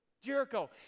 Jericho